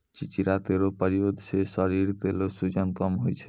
चिंचिड़ा केरो प्रयोग सें शरीर केरो सूजन कम होय छै